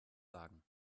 sagen